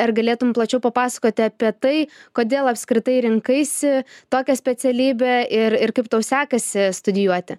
ar galėtum plačiau papasakoti apie tai kodėl apskritai rinkaisi tokią specialybę ir ir kaip tau sekasi studijuoti